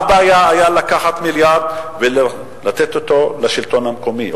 מה היתה הבעיה לקחת מיליארד ולתת אותו לשלטון המקומי,